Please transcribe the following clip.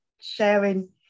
sharing